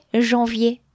janvier